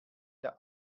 der